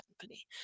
company